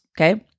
okay